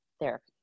therapy